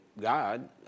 God